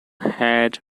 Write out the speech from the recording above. had